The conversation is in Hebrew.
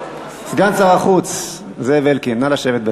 סגן שר החוץ זאב אלקין, נא לשבת.